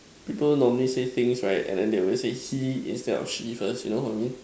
people normally say thing is right and then they always say he instead of she first you know what I mean